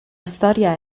storia